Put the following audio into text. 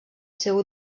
seva